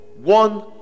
one